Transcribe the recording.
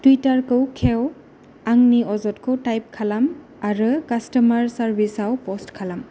टुविटारखौ खेव आंनि अजदखौ टाइप खालाम आरो कास्ट'मार सार्भिसाव पस्ट खालाम